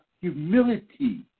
humility